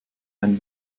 ein